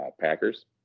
Packers